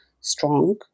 strong